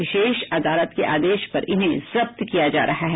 विशेष अदालत के आदेश पर इन्हें जब्त किया जा रहा है